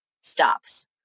stops